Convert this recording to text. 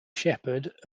shepherd